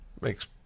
Makes